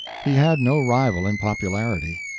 he had no rival in popularity.